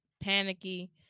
panicky